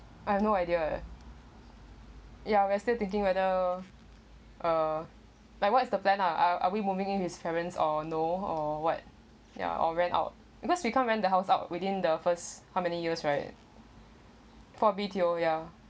I have no idea eh we're still thinking whether uh like what's the plan ah are we moving in with his parents or no or what ya or rent out because we can't rent the house out within the first how many years right for B_T_O ya